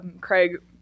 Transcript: Craig